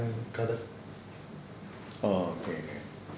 orh okay